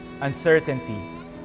uncertainty